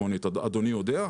אתה יודע?